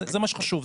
זה מה שחשוב.